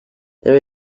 there